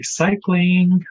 recycling